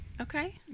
Okay